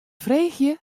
freegje